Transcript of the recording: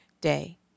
day